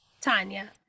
Tanya